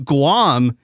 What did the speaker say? Guam